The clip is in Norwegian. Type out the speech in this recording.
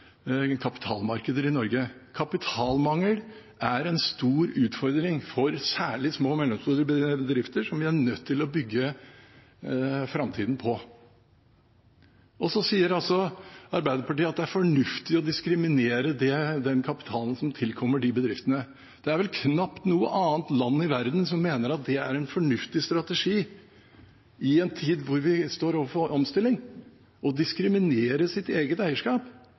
kapitalmarkeder i Norge. Kapitalmangel er en stor utfordring for særlig små og mellomstore bedrifter, som vi er nødt til å bygge framtida på. Så sier Arbeiderpartiet at det er fornuftig å diskriminere den kapitalen som tilkommer de bedriftene. Det er vel knapt noe annet land i verden som mener at det er en fornuftig strategi i en tid da vi står overfor omstilling, å diskriminere sitt eget eierskap,